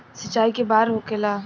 सिंचाई के बार होखेला?